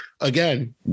Again